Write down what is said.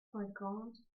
cinquante